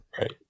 Right